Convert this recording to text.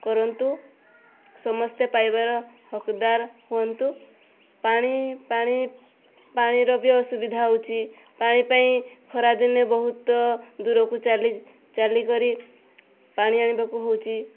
କରନ୍ତୁ ସମସ୍ତେ ପାଇବାର ହକ୍ଦାର ହୁଅନ୍ତୁ ପାଣି ପାଣି ପାଣିର ବି ଅସୁବିଧା ହେଉଛି ପାଣି ପାଇଁ ଖରା ଦିନେ ବହୁତ ଦୂରକୁ ଚାଲି ଚାଲିକରି ପାଣି ଆଣିବାକୁ ହେଉଛି